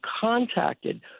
contacted